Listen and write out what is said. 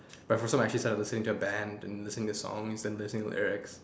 but for some actually listen to the band and listen to the song listen listen to lyrics